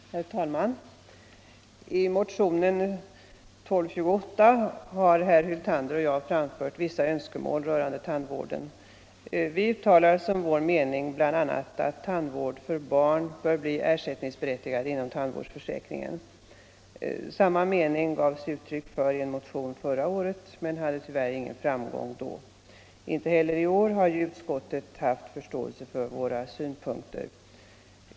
Herr talman! I motionen 1228 har herr Hyltander och jag framfört vissa önskemål rörande tandvården. Vi uttalar som vår mening bl.a. att tandvård för barn bör bli ersättningsberättigad inom tandvårdsförsäkringen. Det gavs uttryck för samma mening i en motion förra året, men den hade tyvärr ingen framgång då. Inte heller i år har utskottet haft förståelse för våra synpunkter.